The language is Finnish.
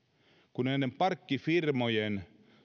kun näiden parkkifirmojen